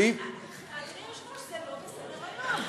סליחה, אדוני היושב-ראש, זה לא בסדר-היום.